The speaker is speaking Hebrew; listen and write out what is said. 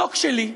מתוק שלי,